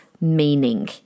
meaning